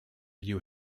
you